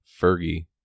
Fergie